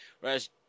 Whereas